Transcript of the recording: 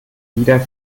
wieder